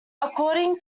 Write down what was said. according